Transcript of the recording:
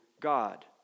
God